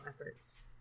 Efforts